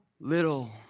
little